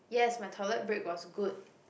yes my toilet break was good